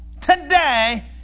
today